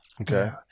Okay